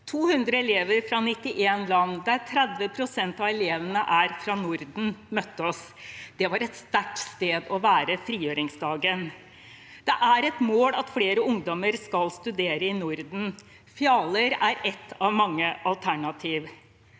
200 elever fra 91 land, der 30 pst. av elevene er fra Norden, møtte oss. Det var et sterkt sted å være på frigjøringsdagen. Det er et mål at flere ungdommer skal studere i Norden. Fjaler er ett av mange alternativ.